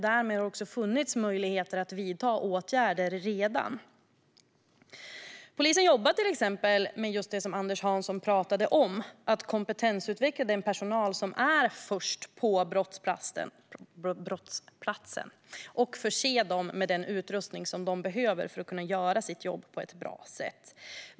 Därmed har det redan funnits möjligheter att vidta åtgärder. Polisen jobbar till exempel med just det som Anders Hansson pratade om, nämligen att kompetensutveckla den personal som är först på brottsplatsen och förse dem med den utrustning som de behöver för att kunna göra sitt jobb på ett bra sätt.